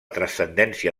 transcendència